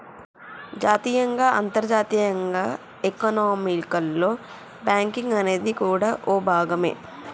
జాతీయంగా అంతర్జాతీయంగా ఎకానమీలో బ్యాంకింగ్ అనేది కూడా ఓ భాగమే